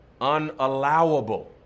unallowable